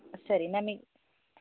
ಸರಿ ನಮಗೆ